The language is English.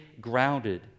grounded